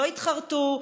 לא התחרטו,